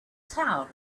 town